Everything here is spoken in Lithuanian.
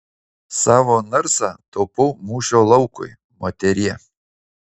savo narsą taupau mūšio laukui moterie